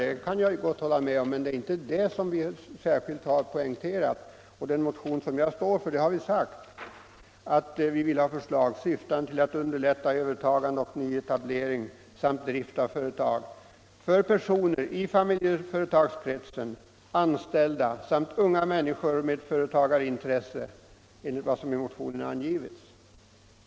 Det kan jag gott hålla med om, men det är inte det som vi särskilt har poängterat. I den motion som jag står för har vi sagt att vi vill ha förslag, syftande till att underlätta övertagande och nyetablering samt drift av företag för personer i familjeföretagskretsen, anställda samt unga människor med företagarintresse enligt vad som i motionen angivits.